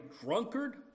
drunkard